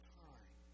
time